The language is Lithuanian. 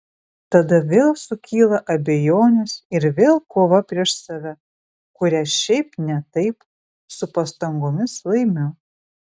tada vėl sukyla abejonės ir vėl kova prieš save kurią šiaip ne taip su pastangomis laimiu